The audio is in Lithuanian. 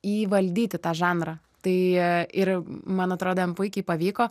įvaldyti tą žanrą tai ir man atrodo jam puikiai pavyko